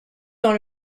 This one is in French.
dans